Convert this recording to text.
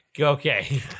Okay